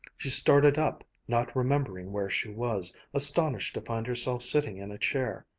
she started up, not remembering where she was, astonished to find herself sitting in a chair.